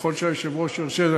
ככל שהיושב-ראש ירשה לי.